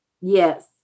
Yes